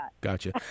Gotcha